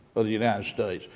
of the united states.